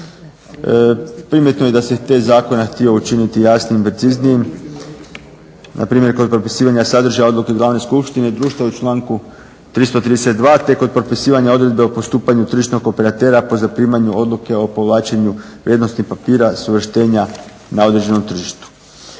Primjetno je da se te zakone htjelo učiniti jasnijim i preciznijim. Npr. kod propisivanja sadržaja odluke o glavnoj skupštini društva u članku 332. te kod propisivanja odredbe o postupanju tržišnog operatera po zaprimanju odluke o povlačenju vrijednosnih papira s … na određenom tržištu.